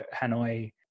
Hanoi